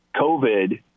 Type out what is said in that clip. covid